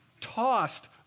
tossed